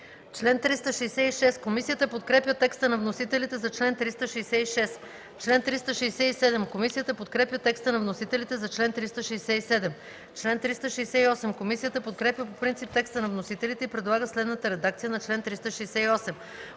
чл. 392. Комисията подкрепя текста на вносителите за наименованието на Раздел ХІІ. Комисията подкрепя текста на вносителите за чл. 393. Комисията подкрепя по принцип текста на вносителите и предлага следната редакция на чл. 394: